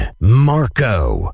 Marco